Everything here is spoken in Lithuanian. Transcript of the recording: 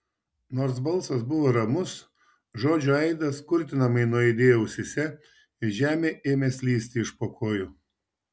nors balsas buvo ramus žodžių aidas kurtinamai nuaidėjo ausyse ir žemė ėmė slysti iš po kojų